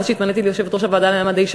מאז שהתמניתי ליושבת-ראש הוועדה למעמד האישה